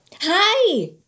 Hi